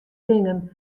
dingen